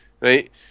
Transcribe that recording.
right